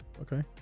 Okay